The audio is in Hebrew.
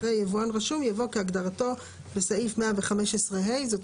אחרי "יבואן רשום" יבוא "כהגדרתו בסעיף 115(ה)."; זאת